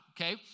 Okay